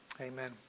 Amen